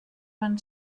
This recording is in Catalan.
van